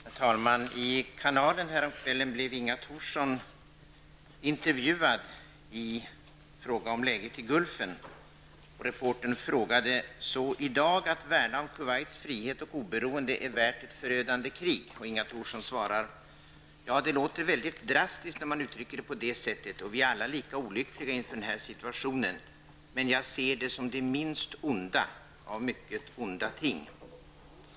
Herr talman! Inga Thorsson blev häromdagen intervjuad om läget i Gulfen. Reportern frågade om det i dag var värt ett förödande krig att värna om Kuwaits frihet och oberoende. Inga Thorsson svarade: ''Ja, det låter ju väldigt drastiskt när man uttrycker det på det sättet och vi är alla lika olyckliga inför den här situationen --. Men jag ser det som det minst onda av mycket onda ting.